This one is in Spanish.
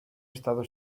estado